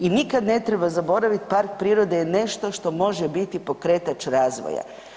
I nikada ne treba zaboraviti park prirode je nešto što može biti pokretač razvoja.